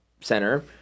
center